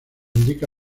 indica